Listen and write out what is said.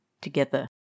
together